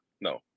no